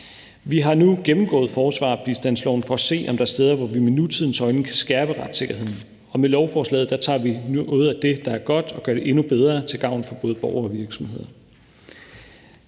Vi har nu gennemgået forsvarerbistandsloven for at se, om der er steder, hvor vi med nutidens øjne kan skærpe retssikkerheden, og med lovforslaget tager vi noget af det, der er godt, og gør det endnu bedre til gavn for både borgere og virksomheder.